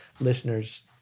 listeners